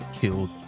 killed